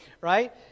Right